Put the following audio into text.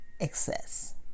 excess